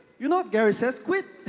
you're not, gary says quit.